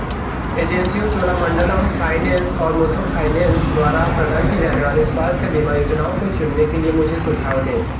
एजेंसियो Cholamandalam finance और Muthoot finance द्वारा प्रदान की जाने वाली स्वास्थ्य बीमा योजनाओं को चुनने के लिए मुझे सुझाव दें